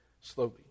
slowly